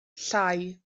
llai